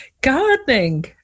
Gardening